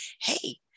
hey